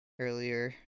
earlier